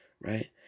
right